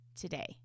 today